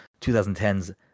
2010s